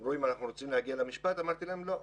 שאלו אם אנחנו רוצים להגיע למשפט ואמרתי להם לא.